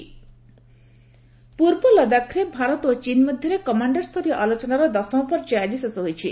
India ଚୀନ୍ talks ପୂର୍ବ ଲଦାଖ୍ରେ ଭାରତ ଓ ଚୀନ୍ ମଧ୍ୟରେ କମାଣ୍ଡରସ୍ତରୀୟ ଆଲୋଚନାର ଦଶମ ପର୍ଯ୍ୟାୟ ଆଜି ଶେଷ ହୋଇଛି